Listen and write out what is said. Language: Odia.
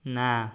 ନା